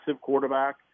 quarterback